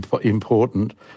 important